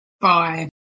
Bye